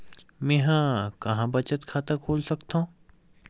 मेंहा कहां बचत खाता खोल सकथव?